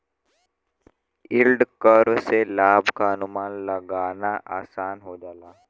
yield curve से लाभ क अनुमान लगाना आसान हो जाला